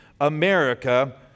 America